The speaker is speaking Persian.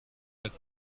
فکر